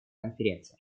конференции